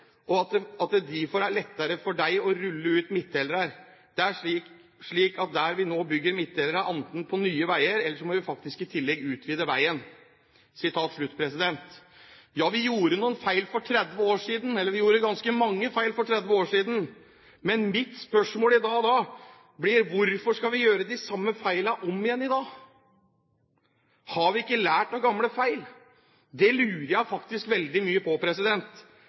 bygde breiare vegar, og at det difor er lettare for dei å rulla ut midtdelarar. Det er slik at der vi no byggjer midtdelarar, er anten på nye vegar eller så må vi faktisk i tillegg utvida vegen.» Ja, vi gjorde ganske mange feil for 30 år siden, men mitt spørsmål blir da: Hvorfor skal vi gjøre de samme feilene om igjen i dag? Har vi ikke lært av gamle feil? Det lurer jeg faktisk veldig mye på.